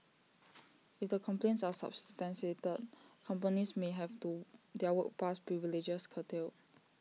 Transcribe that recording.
if the complaints are substantiated companies may have to their work pass privileges curtailed